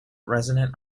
resonant